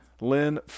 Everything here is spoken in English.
Lynn